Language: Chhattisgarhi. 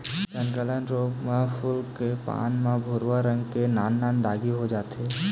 तनगलन रोग म फूल के पाना म भूरवा रंग के नान नान दागी हो जाथे